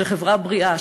של חברה בריאה,